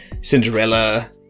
Cinderella